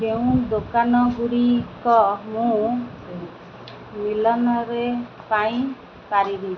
କେଉଁ ଦୋକାନଗୁଡ଼ିକ ମୁଁ ମିଲାନରେ ପାଇଁ ପାରିବି